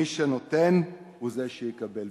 מי שנותן הוא זה שיקבל.